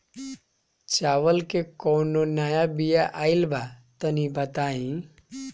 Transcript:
चावल के कउनो नया बिया आइल बा तनि बताइ?